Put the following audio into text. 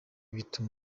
bituma